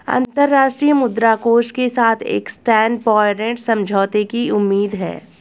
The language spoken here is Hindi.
अंतर्राष्ट्रीय मुद्रा कोष के साथ एक स्टैंडबाय ऋण समझौते की उम्मीद है